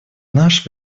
наш